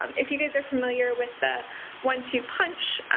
um if you guys are familiar with the one-two punch